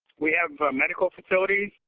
we have medical facilities.